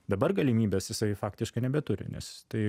dabar galimybės jisai faktiškai nebeturi nes tai